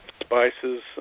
Spices